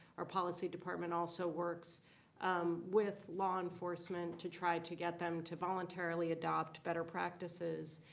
our policy department also works um with law enforcement to try to get them to voluntarily adopt better practices.